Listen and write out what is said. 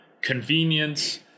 convenience